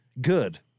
good